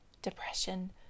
depression